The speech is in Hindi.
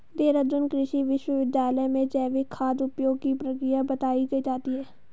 देहरादून कृषि विश्वविद्यालय में जैविक खाद उपयोग की प्रक्रिया बताई जाती है